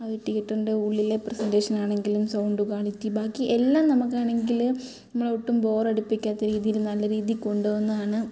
ആ തീയറ്ററിൻ്റെ ഉള്ളിലെ പ്രസൻറ്റേഷനാണെങ്കിലും സൗണ്ട് ക്വാളിറ്റി ബാക്കി എല്ലാം നമുക്കാണെങ്കിൽ നമ്മളെ ഒട്ടും ബോറടിപ്പിക്കാത്ത രീതിയിൽ നല്ല രീതി കൊണ്ട് പോകുന്നാണ്